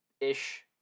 ish